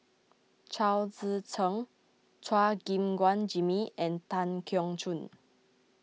Chao Tzee Cheng Chua Gim Guan Jimmy and Tan Keong Choon